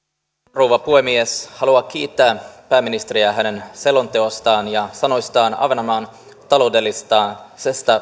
rouva puhemies haluan kiittää pääministeriä hänen selonteostaan ja sanoistaan ahvenanmaan taloudellisesta